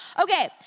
Okay